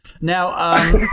Now